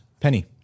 Penny